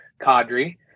Cadre